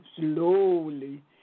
slowly